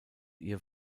ihr